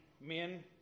men